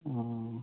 ꯑꯥ